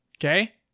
Okay